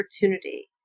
opportunity